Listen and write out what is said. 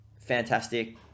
Fantastic